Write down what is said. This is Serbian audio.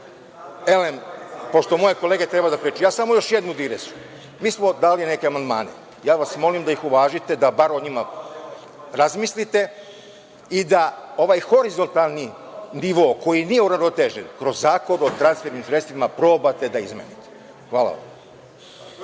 moje kolege treba da pričaju, ja samo još jednu digresiju. Mi smo dali neke amandmane, molim vas da ih uvažite, da bar o njima razmislite, i da ovaj horizontalni nivo, koji nije uravnotežen kroz Zakon o transfernim sredstvima, probate da izmenite. Hvala.